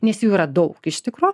nes jų yra daug iš tikro